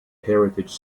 heritage